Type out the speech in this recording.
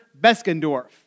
Beskendorf